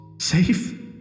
Safe